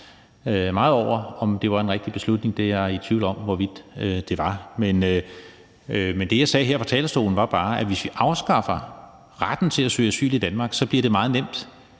meget over, om det var den rigtige beslutning; jeg er i tvivl om, hvorvidt det var det. Men det, jeg sagde her fra talerstolen, var bare, at hvis vi afskaffer retten til at søge asyl i Danmark, bliver det meget nemt